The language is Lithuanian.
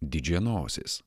didžiąją nosis